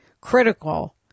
critical